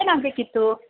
ಏನಾಗಬೇಕಿತ್ತು